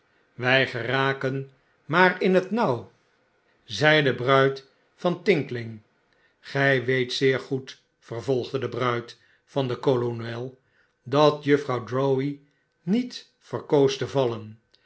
wij geraken maar in het nauw zei de bruid van tinkling gij weet zeer goed vervolgde de bruid van den kolonel dat juffrouw drowvey niet verkoos te vallen